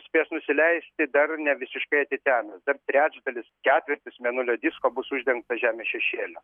spės nusileisti dar ne visiškai atitemęs dar trečdalis ketvirtis mėnulio disko bus uždengta žemės šešėlio